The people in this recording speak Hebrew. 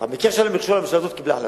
אבל במקרה של המכשול הממשלה הזאת קיבלה החלטה.